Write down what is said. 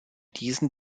diesen